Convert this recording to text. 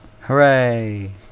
Hooray